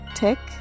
tick